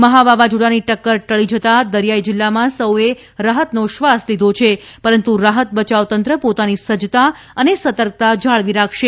મહા વાવાઝોડાની ટક્કર ટળી જતાં દરિયાઇ જિલ્લામાં સૌએ રાહતનો શ્વાસ લીધો છે પરંતુરાહત બયાવ તંત્ર પોતાની સજજતા અને સતર્કતા જાળવી રાખશે